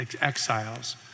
exiles